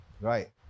Right